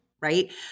right